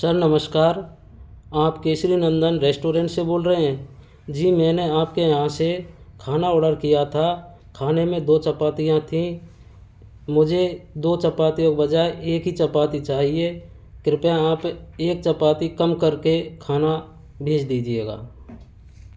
sir नमस्कार आप Kesari Nandan restaurant से बोल रहे हैं जी मैंने आपके यहाँ से खाना ऑर्डर किया था खाने में दो चपातियाँ थीं मुझे दो चपातीयों के बजाय एक ही चपाती चाहिए कृपया आप एक चपाती कम करके खाना भेज दीजिएगा